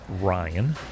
Ryan